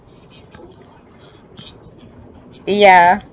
ya